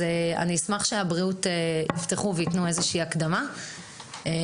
אני אשמח אם משרד הבריאות יפתח וייתן איזושהי הקדמה לנושא